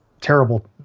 terrible